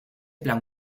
plan